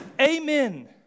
Amen